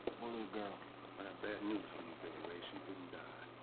little girl? i got bad news for you, billy ray, she didn't die.